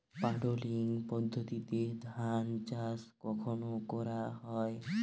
Puddling পদ্ধতিতে ধান চাষ কখন করা হয়?